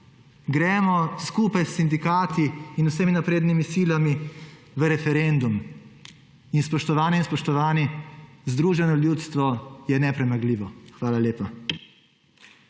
Gremo skupaj s sindikati in vsemi naprednimi silami v referendum. In spoštovane in spoštovani, združeno ljudstvo je nepremagljivo. Hvala lepa.